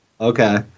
Okay